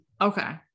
okay